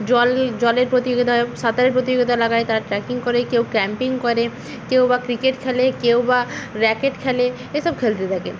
জল জলের প্রতিযোগিতা সাঁতারের প্রতিযোগিতা লাগায় তারা ট্রেকিং করে কেউ ক্যাম্পিং করে কেউ বা ক্রিকেট খেলে কেউ বা র্যাকেট খেলে এসব খেলতে থাকে